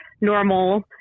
normal